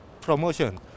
promotion